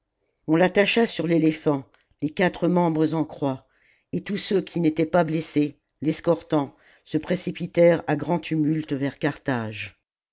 on l'attacha sur l'éléphant les quatre membres en croix et tous ceux qui n'étaient pas blessés l'escortant se précipitèrent à grand tumulte vers carthage